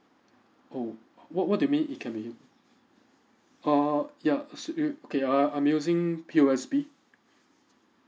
oh what what do you mean it can be err swee~ okay uh I'm using P O S B